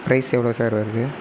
price எவ்வளோ sir வருது